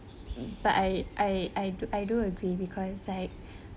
but I I I do I do agree because I